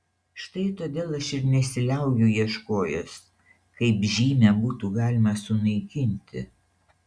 štai todėl aš ir nesiliauju ieškojęs kaip žymę būtų galima sunaikinti